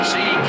See